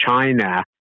China